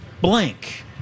blank